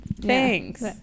Thanks